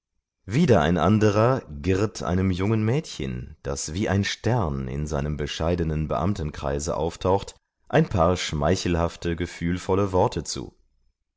wieder ein anderer girrt einem jungen mädchen das wie ein stern in seinem bescheidenen beamtenkreise auftaucht ein paar schmeichelhafte gefühlvolle worte zu